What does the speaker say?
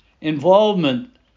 involvement